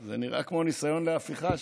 זה נראה כמו ניסיון להפיכה שם.